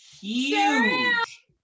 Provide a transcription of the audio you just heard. huge